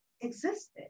existed